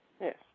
Yes